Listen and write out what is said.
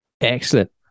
Excellent